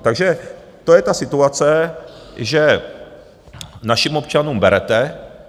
Takže to je ta situace, že našim občanům berete.